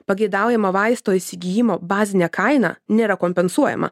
pageidaujamo vaisto įsigijimo bazinė kaina nėra kompensuojama